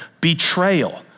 Betrayal